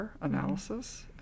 analysis